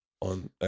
on